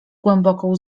głęboką